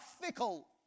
fickle